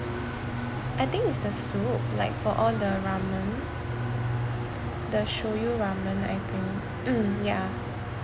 I think it's the soup like for all the ramens the shoyu ramen I think mm yeah